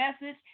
message